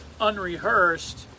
unrehearsed